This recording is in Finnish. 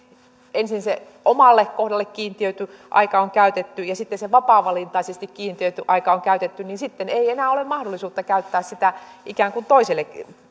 ensin se omalle kohdalle kiintiöity aika on käytetty ja sitten se vapaavalintaisuudelle kiintiöity aika on käytetty niin sitten ei enää ole mahdollisuutta käyttää sitä ikään kuin toiselle